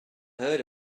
heard